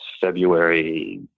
February